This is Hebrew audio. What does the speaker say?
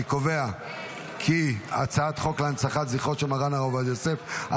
אני קובע כי הצעת חוק להנצחת זכרו של מרן הרב עובדיה יוסף,